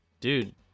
Dude